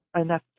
enough